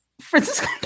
Francisco